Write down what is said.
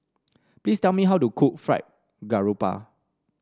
please tell me how to cook Fried Garoupa